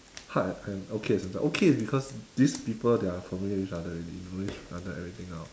hard and okay at the same time okay is because these people they are familiar with each other already know each other everything out